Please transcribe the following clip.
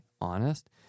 honest